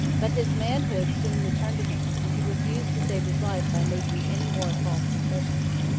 but his manhood soon returned to him, and he refused to save his life by making any more false confessions.